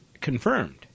confirmed